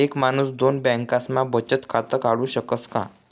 एक माणूस दोन बँकास्मा बचत खातं काढु शकस का?